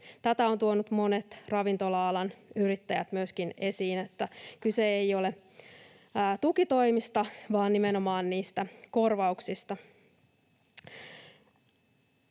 Tätä ovat tuoneet monet ravintola-alan yrittäjät myöskin esiin, että kyse ei ole tukitoimista vaan nimenomaan korvauksista.